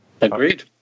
Agreed